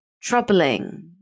troubling